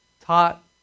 Taught